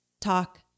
talk